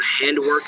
handwork